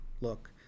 look